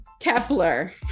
Kepler